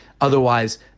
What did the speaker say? Otherwise